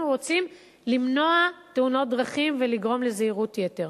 רוצים למנוע תאונות דרכים ולגרום לזהירות-יתר,